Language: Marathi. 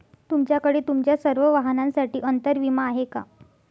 तुमच्याकडे तुमच्या सर्व वाहनांसाठी अंतर विमा आहे का